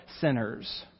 sinners